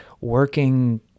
working